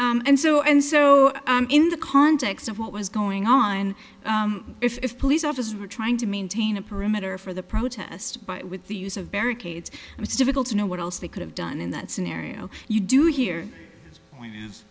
it's and so and so in the context of what was going on if police officers were trying to maintain a perimeter for the protest but with the use of barricades and it's difficult to know what else they could have done in that scenario you do hear